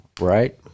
right